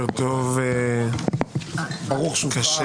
קשה